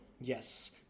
Yes